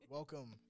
Welcome